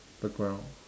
the ground